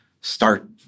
start